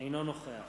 אינו נוכח